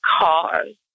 cars